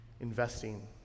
investing